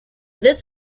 this